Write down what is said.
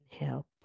Inhale